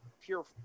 pure